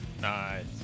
Nice